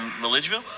Milledgeville